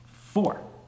Four